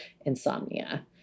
insomnia